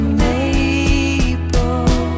maple